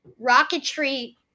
rocketry